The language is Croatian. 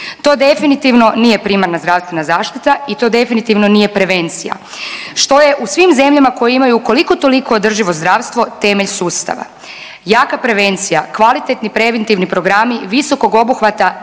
To definitivno nije primarna zdravstvena zaštita i to definitivno nije prevencija, što je u svim zemljama koje imaju koliko toliko održivo zdravstvo temelj sustava. Jaka prevencija i kvalitetni preventivni programi visokog obuhvata